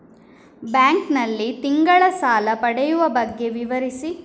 Bank ನಲ್ಲಿ ತಿಂಗಳ ಸಾಲ ಪಡೆಯುವ ಬಗ್ಗೆ ವಿವರಿಸಿ?